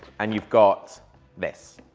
and you've got this.